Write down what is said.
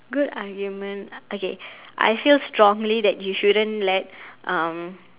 good argument okay I feel strongly that you shouldn't let um